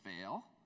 fail